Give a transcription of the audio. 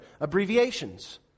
abbreviations